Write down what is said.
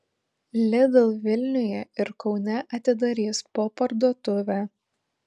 lidl vilniuje ir kaune atidarys po parduotuvę